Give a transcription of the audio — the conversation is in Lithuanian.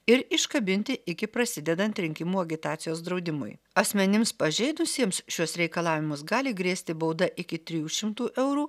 ir iškabinti iki prasidedant rinkimų agitacijos draudimui asmenims pažeidusiems šiuos reikalavimus gali grėsti bauda iki trijų šimtų eurų